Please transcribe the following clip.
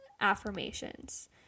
affirmations